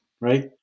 right